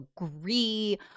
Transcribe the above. agree